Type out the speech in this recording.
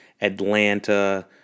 Atlanta